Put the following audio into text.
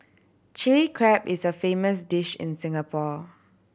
Chilli Crab is a famous dish in Singapore